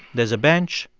there's a bench,